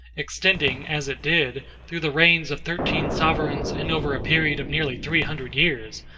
extending, as it did, through the reigns of thirteen sovereigns and over a period of nearly three hundred years,